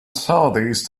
southeast